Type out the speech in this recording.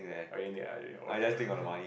or anything ah okay